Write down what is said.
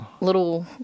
little